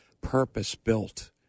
purpose-built